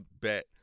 bet